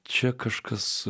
čia kažkas